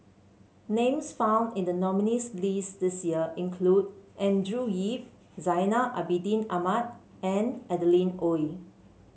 names found in the nominees' list this year include Andrew Yip Zainal Abidin Ahmad and Adeline Ooi